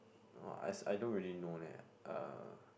no I s~ I don't really know that uh